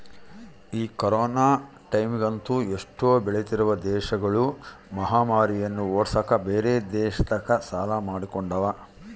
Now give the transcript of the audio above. ಈ ಕೊರೊನ ಟೈಮ್ಯಗಂತೂ ಎಷ್ಟೊ ಬೆಳಿತ್ತಿರುವ ದೇಶಗುಳು ಮಹಾಮಾರಿನ್ನ ಓಡ್ಸಕ ಬ್ಯೆರೆ ದೇಶತಕ ಸಾಲ ಮಾಡಿಕೊಂಡವ